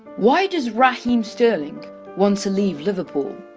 why does raheem sterling want to leave liverpool?